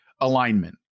alignment